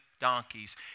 donkeys